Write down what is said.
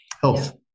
health